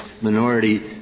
minority